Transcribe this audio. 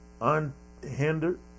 unhindered